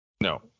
No